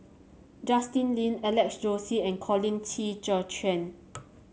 Justin Lean Alex Josey and Colin Qi Zhe Quan